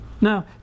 Now